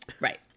Right